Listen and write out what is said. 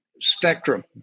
spectrum